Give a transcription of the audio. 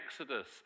Exodus